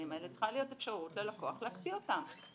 האלה צריכה להיות אפשרות ללקוח להקפיא אותם.